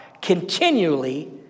continually